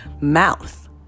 mouth